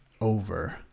Over